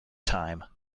time